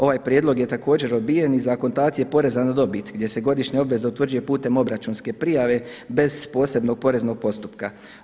Ovaj prijedlog je također odbijen i za akontacije poreza na dobit gdje se godišnja obveza utvrđuje putem obračunske prijave bez posebnog poreznog postupka.